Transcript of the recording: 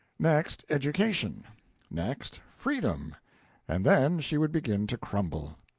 next, education next, freedom and then she would begin to crumble.